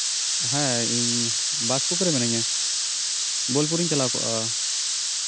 ᱦᱮᱸ ᱤᱧ ᱵᱟᱥ ᱯᱩᱠᱷᱩᱨ ᱨᱮ ᱢᱤᱱᱟᱹᱧᱟ ᱵᱳᱞᱯᱩᱨ ᱤᱧ ᱪᱟᱞᱟᱣ ᱠᱚᱜᱼᱟ